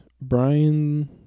Brian